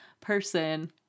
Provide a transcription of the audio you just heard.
person